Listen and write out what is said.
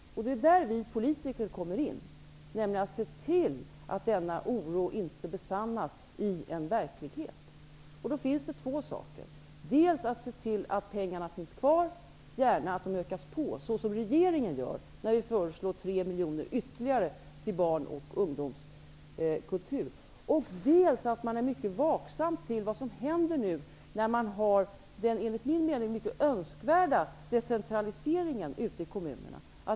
Det är här vi politiker kommer in för att se till att denna oro inte besannas i verkligheten. Och då finns det två saker som vi kan göra: dels att se till att pengarna finns kvar, och gärna att de ökas på såsom regeringen gör när den föreslår ytterligare 3 miljoner till barn och ungdomskultur, dels att man är mycket vaksam inför vad som nu händer, när det pågår en -- enligt min mening -- mycket önskvärd decentralisering ute i kommunerna.